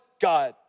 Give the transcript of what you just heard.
God